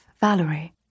Valerie